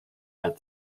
had